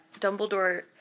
Dumbledore